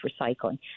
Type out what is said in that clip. recycling